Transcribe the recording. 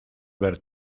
ver